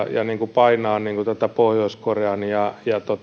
painaa tätä pohjois korean ja ja